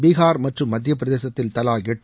பீகார் மற்றும் மத்திய பிரதேசத்தில் தலா எட்டு